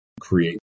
create